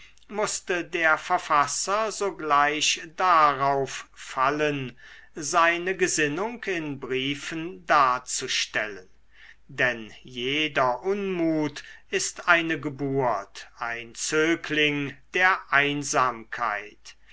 mußte der verfasser sogleich darauf fallen seine gesinnung in briefen darzustellen denn jeder unmut ist eine geburt ein zögling der einsamkeit